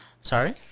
Sorry